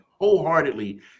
wholeheartedly